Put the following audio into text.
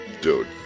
dude